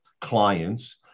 clients